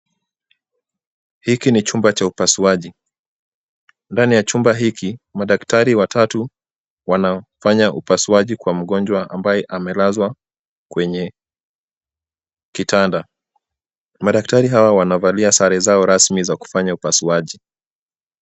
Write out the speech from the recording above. Hiki ni chumba cha upasuaji, ndani ya chumba hiki madaktari watatu wanafanya upasuaji kwa mgonjwa ambaye amelazwa kwenye kitanda. Madaktari hawa wanavalia sare zao rasmi za kufanya upasuaji.